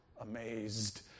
amazed